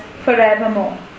forevermore